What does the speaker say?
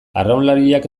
arraunlariak